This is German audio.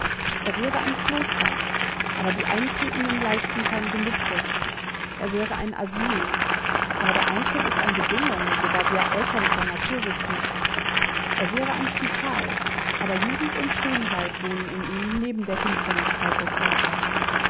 er wäre ein kloster aber die eintretenden leisten kein gelübde er wäre ein asyl aber der eintritt ist an bedingungen sogar sehr äußerlicher natur geknüpft er wäre ein spital aber jugend und schönheit wohnen in ihm neben der hinfälligkeit des alters